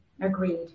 Agreed